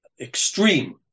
extreme